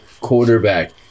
quarterback